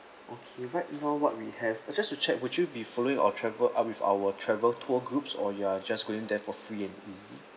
okay right now what we have uh just to check would you be following or travel up with our travel tour groups or you are just going there for free and easy